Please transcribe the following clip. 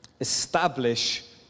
establish